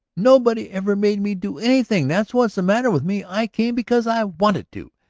nobody ever made me do anything that's what's the matter with me. i came because i wanted to.